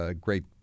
great